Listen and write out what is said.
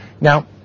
Now